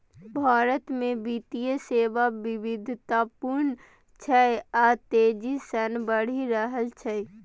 भारत मे वित्तीय सेवा विविधतापूर्ण छै आ तेजी सं बढ़ि रहल छै